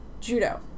Judo